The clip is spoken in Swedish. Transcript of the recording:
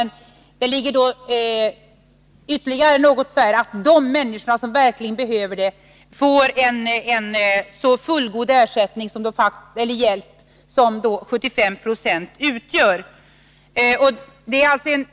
har jag inga exakta siffror. Men det väsentliga är att de människor som verkligen behöver får en så fullgod ersättning som 75 96 av sina tandvårdskostnader.